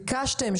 ביקשתם,